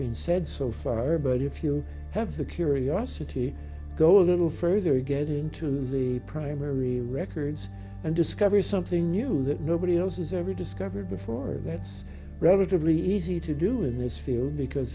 said so far but if you have the curiosity go a little further you get into this a primary records and discover something new that nobody else has every discovered before that's relatively easy to do in this field because